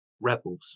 rebels